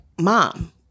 Mom